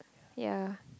yea